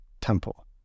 temple